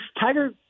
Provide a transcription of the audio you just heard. Tiger